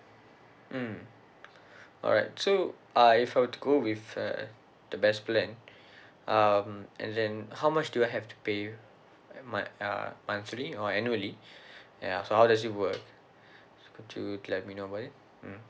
mm alright so uh if I were to go with err the best plan um and then how much do I have to pay my uh monthly or annually ya so how does it work could you let me know about it mm